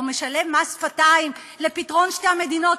או משלם מס שפתיים לפתרון שתי המדינות,